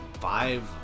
five